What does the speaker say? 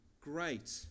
great